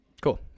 Cool